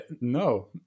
no